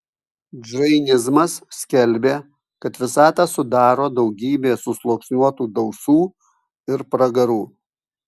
džainizmas skelbė kad visatą sudaro daugybė susluoksniuotų dausų ir pragarų